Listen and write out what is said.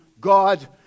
God